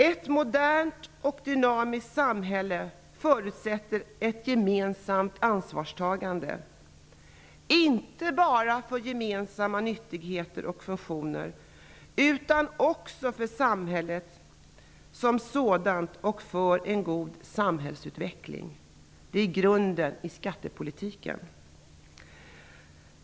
Ett modernt och dynamiskt samhälle förutsätter ett gemensamt ansvarstagande, inte bara för gemensamma nyttigheter och funktioner utan också för samhället som sådant och för en god samhällsutveckling. Detta utgör grunden för skattepolitiken.